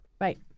Right